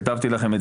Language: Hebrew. כתבתי לכם,